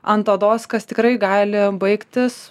ant odos kas tikrai gali baigtis